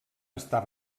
estar